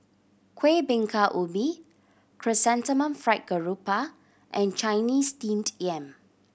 Kuih Bingka Ubi Chrysanthemum Fried Garoupa and Chinese Steamed Yam